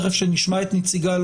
תכף נשמע את נציגה,